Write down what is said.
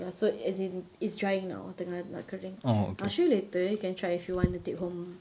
ya so as in it's drying now tengah nak kering I'll show you later you can try if you want to take home